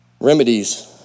remedies